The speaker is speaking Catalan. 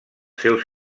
seus